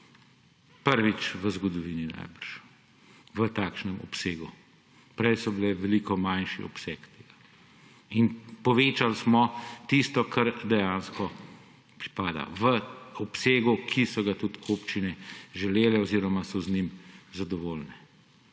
prvič v zgodovini, najbrž, v takšnem obsegu. Prej so bili veliko manjši obseg tega. Povečali smo tisto, kar dejansko pripada v obsegu, ki so ga tudi občine želele oziroma so z njim zadovoljne.